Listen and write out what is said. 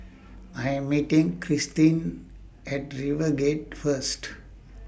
I Am meeting Kristyn At RiverGate First